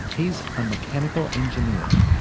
he's a mechanical engineer.